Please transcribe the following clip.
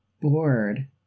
bored